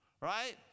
right